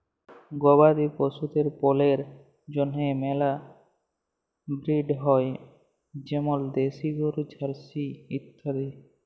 গবাদি পশুদের পল্যের জন্হে মেলা ব্রিড হ্য় যেমল দেশি গরু, জার্সি ইত্যাদি